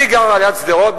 אני גר ליד שדרות.